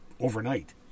overnight